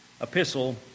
epistle